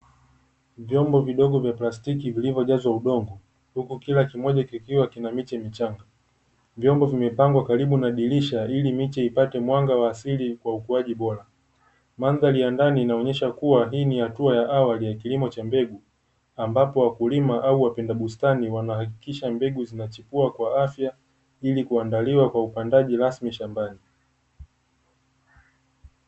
Vyombo vidogo vya plastiki vilivyojazwa udongo, huku kila kimoja kikiwa kina miche michanga, vyombo vimepangwa karibu na dirisha ili miche ipate mwanga wa asili kwa ukuaji bora. Mandhari ya ndani inaonyesha kuwa hii ni hatua ya awali ya kilimo cha mbegu, ambapo wakulima au walima bustani wanahakikisha mbegu zinachipua kwa afya ili kuandaliwa kwa upandaji rasmi shambani.